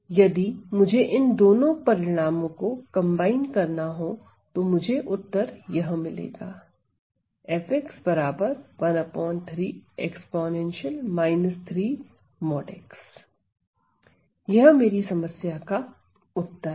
यदि मुझे इन दोनों परिणामों को कंबाइन करना हो तो मुझे उत्तर यह मिलेगा यह मेरी समस्या का उत्तर है